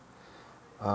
uh